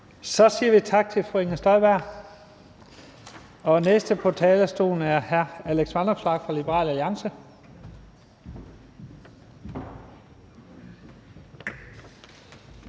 Så siger vi tak til fru Inger Støjberg. Den næste på talerstolen er hr. Alex Vanopslagh fra Liberal Alliance.